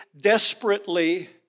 desperately